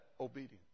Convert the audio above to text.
obedience